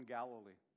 Galilee